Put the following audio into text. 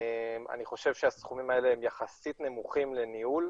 אני חושב שהסכומים האלה הם יחסית נמוכים לניהול,